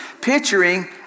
Picturing